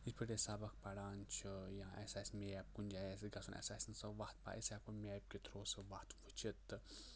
اِتھ پٲٹھۍ أسۍ سَبق پَران چھ یا اسہِ آسہِ میپ کُنہِ جایہِ آسہِ اسہِ گَژھُن اسہِ آسہِ نہٕ سۄ وَتھ پاے أسۍ ہؠکو میپ کہِ تھروٗ سُہ وَتھ وٕچھِتھ تہٕ